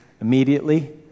immediately